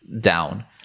down